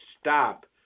stop